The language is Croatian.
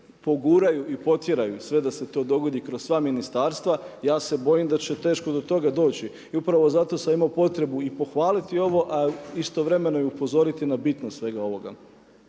poguraju i potjeraju sve i da se to dogodi kroz sva ministarstva ja se bojim da će teško do toga doći. I upravo zato sam imao potrebu i pohvaliti ovo, a istovremeno i upozoriti na bitnost svega ovoga.